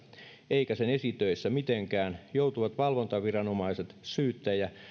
eikä sen esitöissä mitenkään joutuvat valvontaviranomaiset syyttäjä